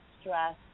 stress